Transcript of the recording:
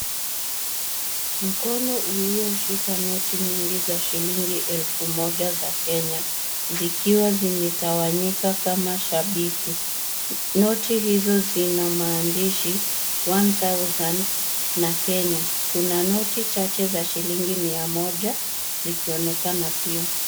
Mkono ulioshika noti nyingi za shilingi elfu moja za Kenya, zikiwa zimetawanyika kama shabiki. Noti hizo zina maandishi one thousand na Kenya. Kuna noti chache za shilingi mia moja zikionekana pia.